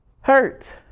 Hurt